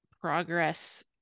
progress